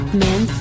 men